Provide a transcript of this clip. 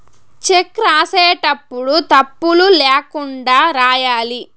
check రాసేటప్పుడు తప్పులు ల్యాకుండా రాయాలి